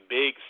big